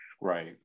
right